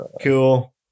Cool